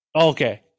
okay